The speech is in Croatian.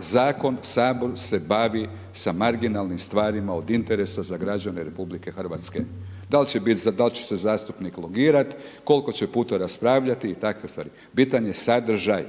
zakon, Sabor se bavi sa marginalnim stvarima od interesa za građane Republike Hrvatske. Da li će se zastupnik logirati, koliko će puta raspravljati i takve stvari. Bitan je sadržaj.